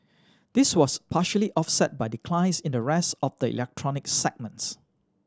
this was partially offset by declines in the rest of the electronic segments